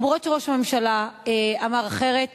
למרות שראש הממשלה אמר אחרת,